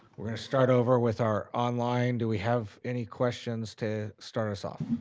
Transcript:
we're gonna start over with our online. do we have any questions to start us off?